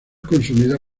consumida